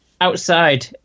outside